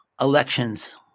elections